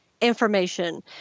information